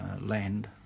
land